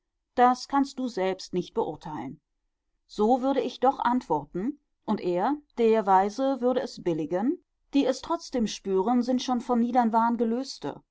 das kannst du selbst nicht beurteilen so würde ich doch antworten und er der weise würde es billigen die es trotzdem spüren sind schon vom niedern wahn